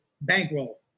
bankroll